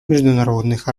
международных